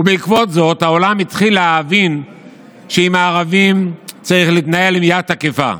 ובעקבות זאת העולם התחיל להבין שעם הערבים צריך להתנהל ביד תקיפה.